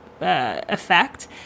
effect